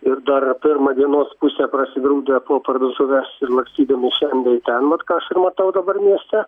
ir dar pirmą dienos pusę prasigrūdę po parduotuves ir lakstydami šen bei ten vat ką aš ir matau dabar mieste